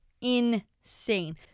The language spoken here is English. insane